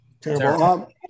Terrible